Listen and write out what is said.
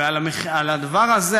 ועל הדבר הזה,